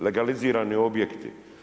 Legalizirani objekti.